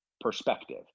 perspective